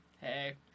hey